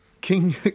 King